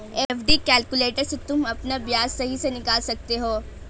FD calculator से तुम अपना ब्याज सही से निकाल सकते हो